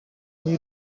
new